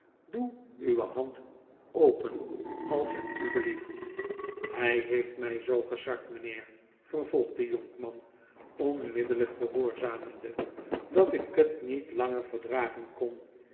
doe uwe hand open als t u blieft hy beeft my zoo gesard mijnheer vervolgt de jonkman onmiddellijk gehoorzamende dat ik het niet langer verdragen kon